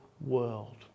world